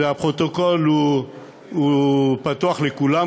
והפרוטוקול פתוח לכולם,